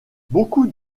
beaucoup